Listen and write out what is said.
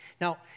Now